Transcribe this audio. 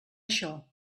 això